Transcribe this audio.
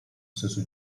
stesso